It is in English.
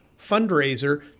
fundraiser